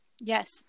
yes